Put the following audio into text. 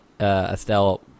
Estelle